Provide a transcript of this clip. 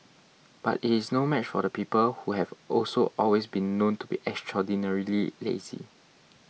but it's no match for the people who have also always been known to be extraordinarily lazy